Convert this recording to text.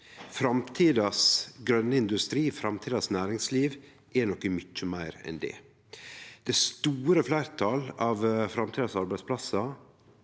framtidas grøne industri, framtidas næringsliv, er noko mykje meir enn det. Det store fleirtalet av framtidas arbeidsplassar